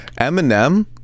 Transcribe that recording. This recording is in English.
Eminem